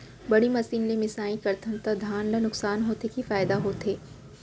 बड़ी मशीन ले मिसाई करथन त धान ल नुकसान होथे की फायदा होथे?